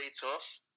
tough